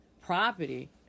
property